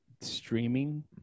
streaming